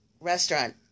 restaurant